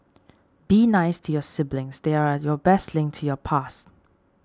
be nice to your siblings they're your best link to your past